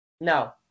no